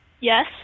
Yes